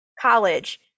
college